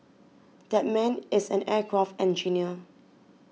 that man is an aircraft engineer